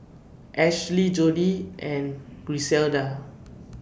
Ashli Jordi and Griselda